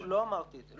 לא אמרתי את זה.